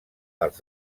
als